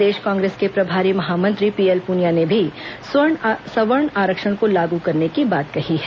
प्रदेश Congress के प्रभारी महामंत्री पीएल पुनिया ने भी सवर्ण आरक्षण को लागू करने की बात कही है